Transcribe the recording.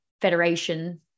federation